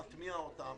נטמיע אותם.